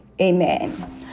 Amen